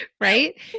right